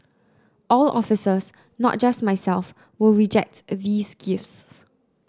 all officers not just myself will reject these gifts